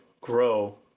grow